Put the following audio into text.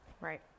Right